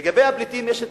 לגבי הפליטים יש הבעיה,